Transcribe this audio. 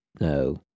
no